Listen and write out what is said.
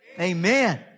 amen